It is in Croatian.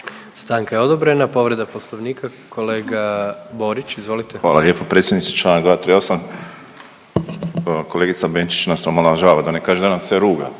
Stanka je odobrena. Povreda Poslovnika kolega Borić, izvolite. **Borić, Josip (HDZ)** Hvala lijepo predsjedniče. Članak 238. Kolegica Benčić nas omalovažava da ne kažem da nam se ruga.